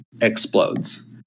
explodes